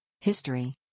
History